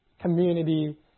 community